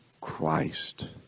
Christ